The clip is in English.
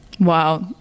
Wow